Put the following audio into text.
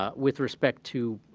ah with respect to